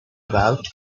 about